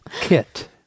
Kit